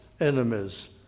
enemies